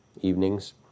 evenings